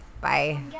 Bye